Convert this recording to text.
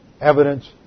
evidence